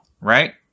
Right